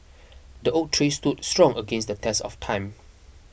the oak tree stood strong against the test of time